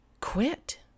quit